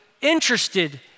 interested